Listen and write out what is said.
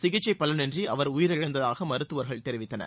சிகிச்சை பலன் இன்றி அவர் உயிரிழந்ததாக மருத்துவர்கள் தெரிவித்தனர்